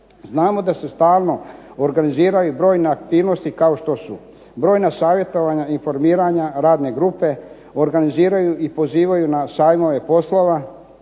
Znamo da se stalno organiziraju brojne aktivnosti kao što su brojna savjetovanja, informiranja, radne grupe, organiziraju i pozivaju na sajmove poslova,